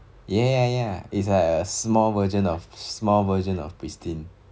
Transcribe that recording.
yeah yeah it's a small version of small version of pristine